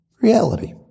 Reality